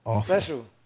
Special